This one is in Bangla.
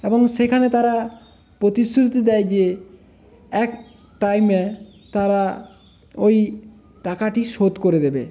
এবং সেখানে তারা প্রতিশ্রুতি দেয় যে এক টাইমে তারা ওই টাকাটি শোধ করে দেবে